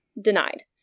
Denied